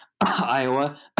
Iowa